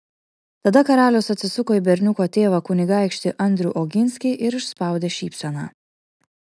tada karalius atsisuko į berniuko tėvą kunigaikštį andrių oginskį ir išspaudė šypseną